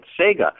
Sega